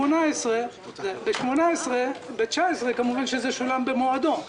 ב-2019 זה כמובן שולם במועדו.